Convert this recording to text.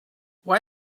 why